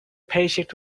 paycheck